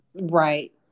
right